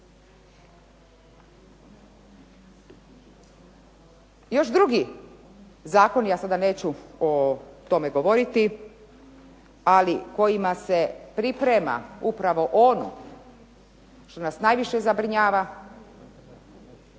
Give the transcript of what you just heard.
Još drugi zakoni a sada neću o tome govoriti, ali kojima se priprema upravo ono što nas najviše zabrinjava,